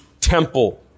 temple